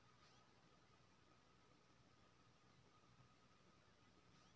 soybean केर बीया मे बिटामिन आर प्रोटीन होई छै